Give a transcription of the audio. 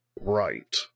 right